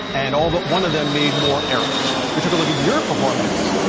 and all that one of them made more errors. we took a look at your performance,